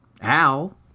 Al